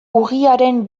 urriaren